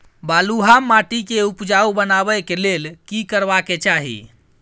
बालुहा माटी के उपजाउ बनाबै के लेल की करबा के चाही?